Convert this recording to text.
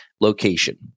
location